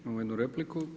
Imamo jednu repliku.